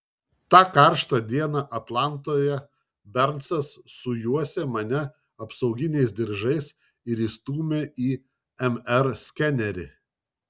tą karštą dieną atlantoje bernsas sujuosė mane apsauginiais diržais ir įstūmė į mr skenerį